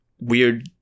weird